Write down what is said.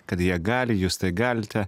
kad jie gali jūs tai galite